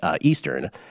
Eastern